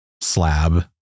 slab